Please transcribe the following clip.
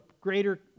greater